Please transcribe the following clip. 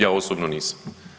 Ja osobno nisam.